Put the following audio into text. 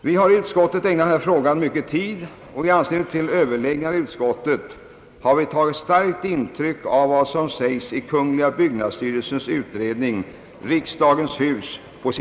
Vi har i utskottet ägnat denna fråga mycken tid, och i anslutning till överläggningarna i utskottet har vi tagit starkt intryck av vad som sägs på sidan 60 i kungl. byggnadsstyrelsens utredning »Riksdagens hus».